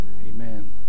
Amen